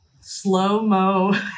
slow-mo